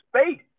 space